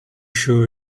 sure